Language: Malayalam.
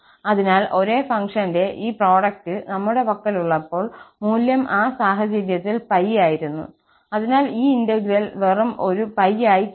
അതിനാൽ ഒരേ ഫംഗ്ഷന്റെ ഈ പ്രോഡക്റ്റ് നമ്മുടെ പക്കലുള്ളപ്പോൾ മൂല്യം ആ സാഹചര്യത്തിൽ π ആയിരുന്നു അതിനാൽ ഈ ഇന്റഗ്രൽ വെറും ഒരു π ആയി കുറയും